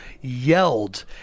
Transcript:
yelled